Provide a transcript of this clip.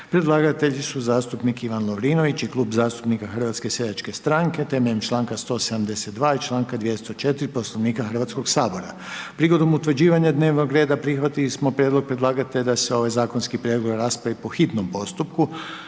Predlagatelji su zastupnici Ivan Lovrinović i Klub zastupnika Hrvatske seljačke stranke, temeljem članka 172. i članka 204. Poslovnika Hrvatskog sabora. Prigodom utvrđivanja dnevnog reda, prihvatili smo prijedlog predlagatelja, da se ovaj zakonski prijedlog raspravi po hitnom postupku,